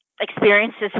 experiences